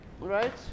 Right